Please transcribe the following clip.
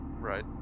Right